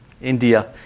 India